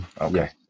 Okay